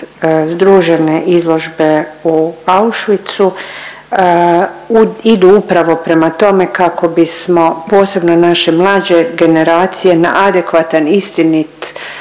združene izložbe u Auschwitzu, idu upravo prema tome, kako bismo, posebno naše generacije na adekvatan, istinit